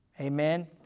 Amen